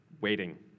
Waiting